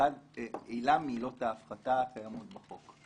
עילה מעילות ההפחתה הקיימות בחוק.